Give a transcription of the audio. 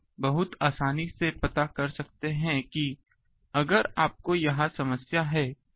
तो आप बहुत आसानी से पता कर सकते हैं कि अगर आपको यह समस्या है